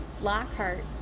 Lockhart